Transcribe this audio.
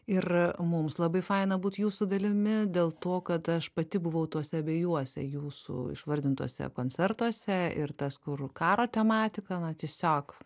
ir mums labai faina būt jūsų dalimi dėl to kad aš pati buvau tuose abiejuose jūsų išvardintuose koncertuose ir tas kur karo tematika na tiesiog